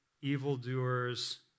evildoers